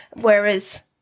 whereas